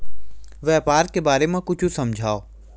व्यापार के बारे म कुछु समझाव?